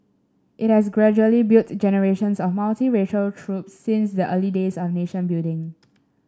it has gradually built generations of multiracial troops since the early days of nation building